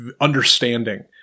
understanding